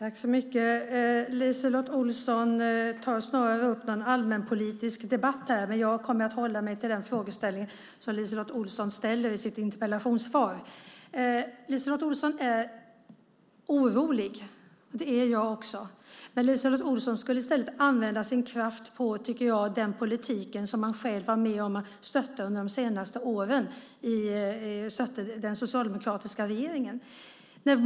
Herr talman! LiseLotte Olsson tar snarare upp en allmänpolitisk debatt här. Men jag kommer att hålla mig till den fråga som LiseLotte Olsson ställer i sin interpellation. LiseLotte Olsson är orolig. Det är jag också. LiseLotte Olsson skulle i stället använda sin kraft till den politik om hon själv var med om att stötta under de senaste åren, den socialdemokratiska regeringen.